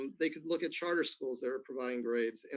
um they could look at charter schools that are providing grades. and